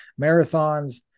marathons